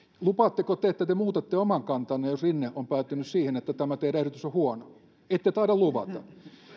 lupaatteko te että te muutatte oman kantanne jos rinne on päätynyt siihen että tämä teidän ehdotuksenne on huono ette taida luvata